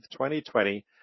2020